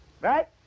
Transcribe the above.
Right